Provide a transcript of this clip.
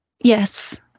yes